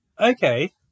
okay